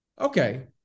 Okay